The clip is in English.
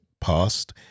past